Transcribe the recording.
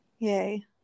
Yay